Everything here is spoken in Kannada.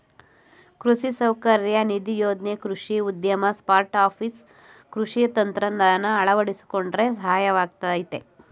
ಕೃಷಿ ಸೌಕರ್ಯ ನಿಧಿ ಯೋಜ್ನೆ ಕೃಷಿ ಉದ್ಯಮ ಸ್ಟಾರ್ಟ್ಆಪ್ ಕೃಷಿ ತಂತ್ರಜ್ಞಾನ ಅಳವಡ್ಸೋಕೆ ಸಹಾಯವಾಗಯ್ತೆ